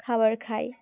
খাবার খায়